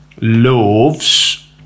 loaves